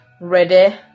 Ready